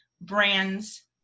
brands